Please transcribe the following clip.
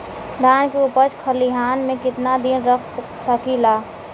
धान के उपज खलिहान मे कितना दिन रख सकि ला?